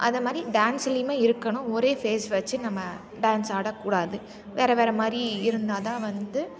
அதைமாரி டான்ஸுலையுமே இருக்கனா ஒரே ஃபேஸ் வச்சு நம்ம டான்ஸ் ஆடக்கூடாது வேற வேற மாதிரி இருந்தால் தான் வந்து